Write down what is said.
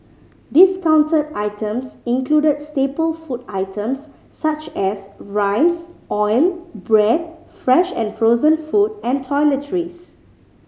discounted items included staple food items such as rice oil bread fresh and frozen food and toiletries